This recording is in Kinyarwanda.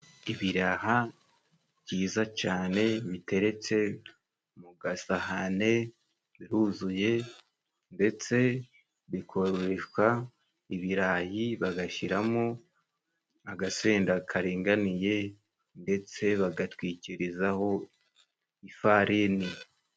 Ibiraha byiza cyane biteretse ku gasahane biruzuye, ndetse bikoreshwa ibirayi bagashyiramo agasenda karinganiye, ndetse bagatwikirizaho ifarini.